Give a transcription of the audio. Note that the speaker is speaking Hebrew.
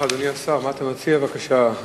אדוני השר, מה אתה מציע בבקשה?